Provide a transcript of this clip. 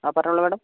ആ പറഞ്ഞോളൂ മാഡം